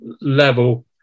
level